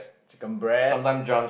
chicken breast